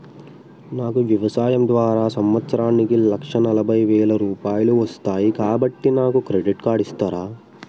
నాకు వ్యవసాయం ద్వారా సంవత్సరానికి లక్ష నలభై వేల రూపాయలు వస్తయ్, కాబట్టి నాకు క్రెడిట్ కార్డ్ ఇస్తరా?